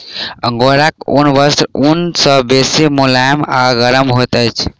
अंगोराक ऊनी वस्त्र ऊन सॅ बेसी मुलैम आ गरम होइत अछि